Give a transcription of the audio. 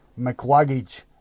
McLuggage